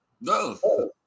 No